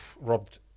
robbed